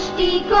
the